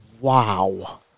wow